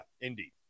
indeed